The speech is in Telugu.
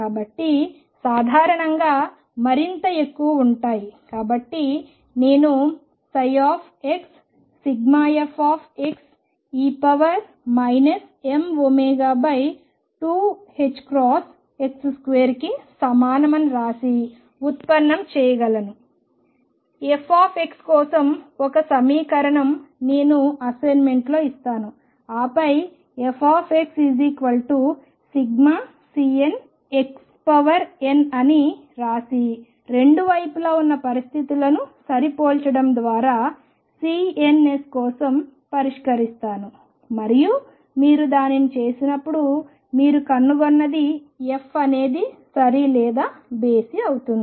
కాబట్టి సాధారణంగా మరింత ఎక్కువగా ఉంటాయి కాబట్టి నేను ψ fxe mω2ℏx2 కి సమానం అని వ్రాసి ఉత్పన్నం చేయగలను f కోసం ఒక సమీకరణం నేను అసైన్మెంట్లో ఇస్తాను ఆపై f Cnxn అని వ్రాసి 2 వైపులా ఉన్న పరిస్థితులను సరిపోల్చడం ద్వారా C ns కోసం పరిష్కరిస్తాను మరియు మీరు దానిని చేసినప్పుడు మీరు కనుగొన్నది f అనేది సరి లేదా బేసి అవుతుంది